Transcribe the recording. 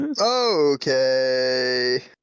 Okay